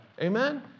Amen